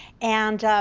and